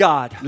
God